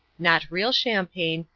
not real champagne,